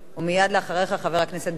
ומייד אחריך חבר הכנסת בן-ארי,